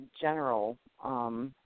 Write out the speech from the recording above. general